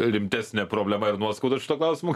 rimtesnė problema ir nuoskaudų šituo klausimu